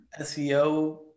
SEO